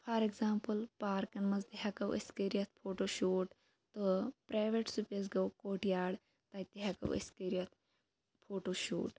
for example پارکَن مَنٛز تہِ ہیٚکَو أسۍ کٔرِتھ فوٹو شوٗٹ تہٕ پرایویٹ سپیس گوٚو کوٹ یاڑ تتہِ ہیٚکو أسۍ کٔرِتھ فوٹو شوٗٹ